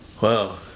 Wow